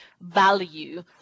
value